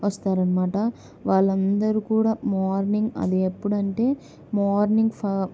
వస్తారనమాట వాళ్ళందరూ కూడా మార్నింగ్ అది ఎప్పుడంటే మార్నింగ్ ఫ